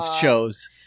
shows